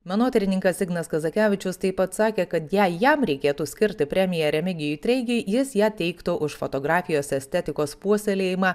menotyrininkas ignas kazakevičius taip pat sakė kad jei jam reikėtų skirti premiją remigijui treigiui jis ją teiktų už fotografijos estetikos puoselėjimą